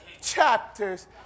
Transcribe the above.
chapters